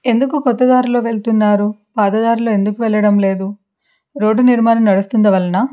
ఎందుకు కొత్త దారిలో వెళ్తున్నారు పాత దారిలో ఎందుకు వెళ్ళడం లేదు రోడ్డు నిర్మాణం నడుస్తున్నందు వలన